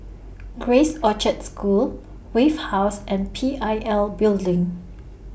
Grace Orchard School Wave House and P I L Building